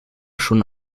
schon